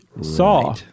saw